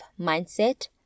mindset